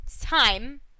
time